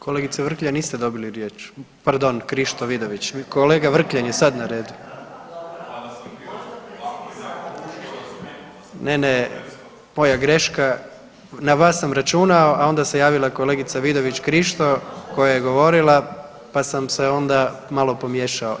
Kolegice Vrkljan, niste dobili riječ, pardon, Krišto Vidović, kolega Vrkljan je sad na redu … [[Upadica iz klupe se ne razumije]] Ne, ne, moja greška, na vas sam računao, a onda se javila kolegica Vidović Krišto koja je govorila, pa sam se onda malo pomiješao.